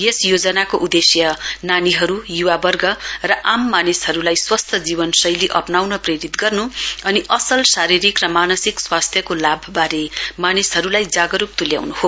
यस योजनाको उद्देश्य नानीहरू युवावर्ग र आम मानिसलाई स्वस्थ जीवनशैली अप्नाउन प्रेरित गर्न् अनि अस्वत शारीरिक र मानसिक स्वास्थ्यको लाभबारे मानिसहरूलाई जागरूक तुल्याउन हो